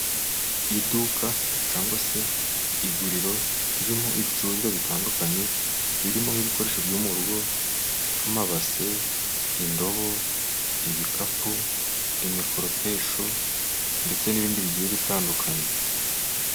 Iduka cyangwa se iguriro ririmo ibicuruzwa bitandukanye, birimo nk'ibikoresho byo mu rugo nk'amabase, indobo, ibikapu, imikoropesho, ndetse n'ibindi bigiye bitandukanye.